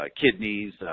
kidneys